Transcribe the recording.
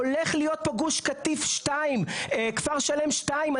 הולך להיות פה גוש קטיף שתיים, כפר שלם שתיים.